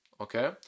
Okay